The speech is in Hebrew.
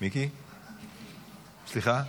מיקי, סליחה?